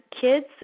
kids